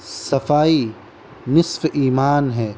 صفائی نصف ایمان ہے